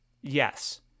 Yes